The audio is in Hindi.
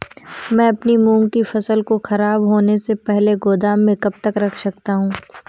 मैं अपनी मूंग की उपज को ख़राब होने से पहले गोदाम में कब तक रख सकता हूँ?